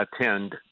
attend